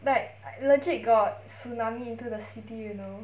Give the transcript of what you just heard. like legit got tsunami into the city you know